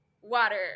water